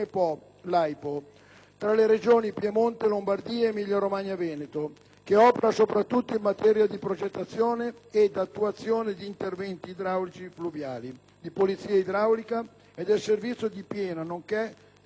tra le regioni Piemonte, Lombardia, Emilia Romagna e Veneto, che opera soprattutto in materia di progettazione ed attuazione di interventi idraulici fluviali, di polizia idraulica e del servizio di piena, nonché di navigazione interna.